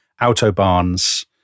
autobahns